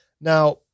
Now